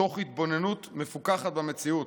תוך התבוננות מפוכחת במציאות.